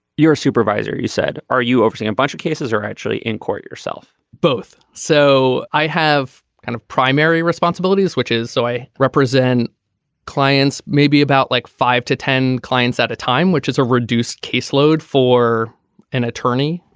your supervisor you said are you overseeing a bunch of cases are actually in court yourself both. so i have kind of primary responsibilities which is so i represent clients maybe about like five to ten clients at a time which is a reduced caseload for an attorney.